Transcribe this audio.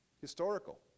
historical